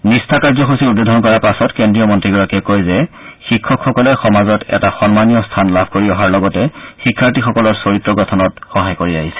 নিষ্ঠা কাৰ্যসূচী উদ্বোধন কৰাৰ পাছত কেন্দ্ৰীয় মন্ত্ৰীগৰাকীয়ে কয় যে শিক্ষকসকলে সমাজত এটা সন্মানীয় স্থান লাভ কৰি অহাৰ লগতে শিক্ষাৰ্থীসকলৰ চৰিত্ৰ গঠনত সহায় কৰি আহিছে